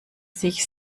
sich